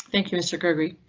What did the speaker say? thank you mr gregory.